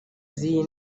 z’iyi